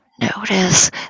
notice